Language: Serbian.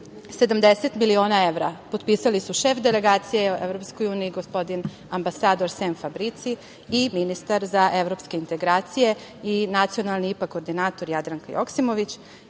70 miliona evra potpisali su šef delegacije EU, gospodin ambasador Sem Fabrici i ministar za evropske integracije i nacionalni IPA koordinator Jadranka Joksimović.